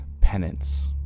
penance